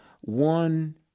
one